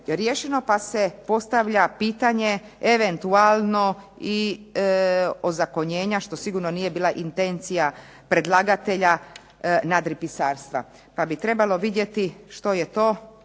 riješeno pa se postavlja pitanje eventualno i ozakonjenja što sigurno nije bila intencija predlagatelja nadripisarstva pa bi trebalo vidjeti što je to